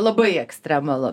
labai ekstremalu